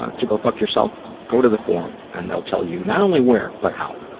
ah to go fuck yourself, go to the forum and they'll tell you not only where, but how.